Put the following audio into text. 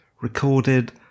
recorded